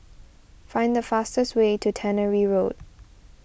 find the fastest way to Tannery Road